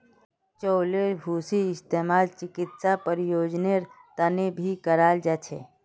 चउलेर भूसीर इस्तेमाल चिकित्सा प्रयोजनेर तने भी कराल जा छे